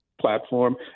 platform